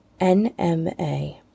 NMA